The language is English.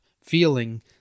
feeling